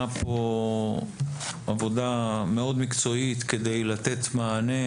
כאן עבודה מאוד מקצועית כדי לתת מענה